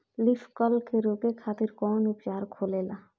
Leaf curl के रोके खातिर कउन उपचार होखेला?